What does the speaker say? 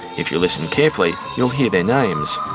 if you listen carefully, you'll hear their names.